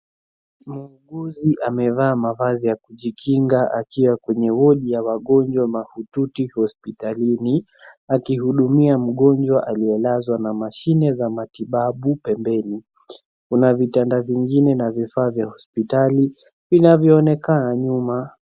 Muuguzi amevaa mavazi ya kujikinga akiwa kwenye wodi ya wagonjwa mahututi hospitalini akihudumia mgonjwa aliyelazwa na mashine za matibabu pembeni. kuna vitanda vingine na vifaa vya hospitali vinayoonekana nyuma.